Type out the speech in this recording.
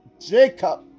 Jacob